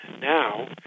now